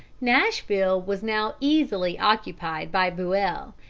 nashville was now easily occupied by buell,